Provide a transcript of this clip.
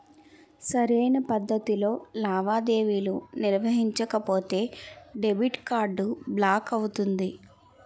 సరైన పద్ధతిలో లావాదేవీలు నిర్వహించకపోతే డెబిట్ కార్డ్ బ్లాక్ అవుతుంది